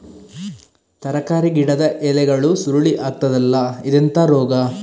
ತರಕಾರಿ ಗಿಡದ ಎಲೆಗಳು ಸುರುಳಿ ಆಗ್ತದಲ್ಲ, ಇದೆಂತ ರೋಗ?